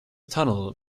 tunnel